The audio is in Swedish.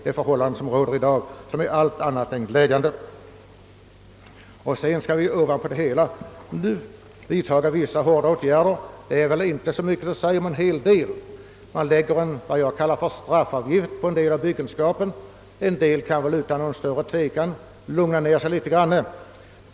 Det är nu meningen att vidta vissa hårda åtgärder. Många av dem är det väl inte så mycket att säga om. Man lägger vad jag kallar straffavgift på en del av byggenskapen, och många byggare kan utan tvivel lugna ned sig något.